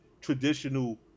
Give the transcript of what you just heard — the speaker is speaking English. traditional